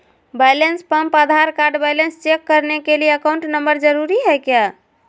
Balance pump Aadhaar card balance check करने के लिए अकाउंट नंबर जरूरी है क्या?